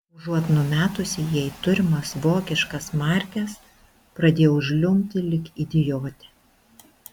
užuot numetusi jai turimas vokiškas markes pradėjau žliumbti lyg idiotė